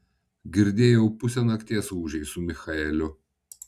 girdėjau pusę nakties ūžei su michaeliu